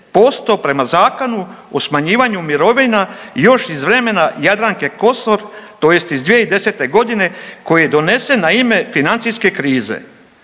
za 10% prema Zakonu o smanjivanju mirovina još iz vremena Jadranke Kosor tj. iz 2010.g. koji je donesen na ime financijske krize,